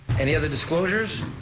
any other disclosures?